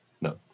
No